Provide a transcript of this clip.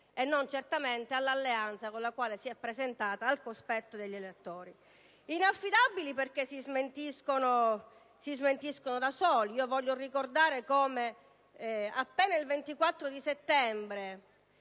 e non all'alleanza con la quale l'MPA si è presentato al cospetto degli elettori. Inaffidabili perché vi smentite da soli. Voglio qui ricordare come, appena il 24 settembre